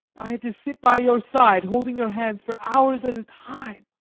i had to sit by your side, holding your hand for hours at a time